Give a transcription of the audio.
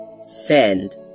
Send